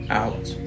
out